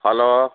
hello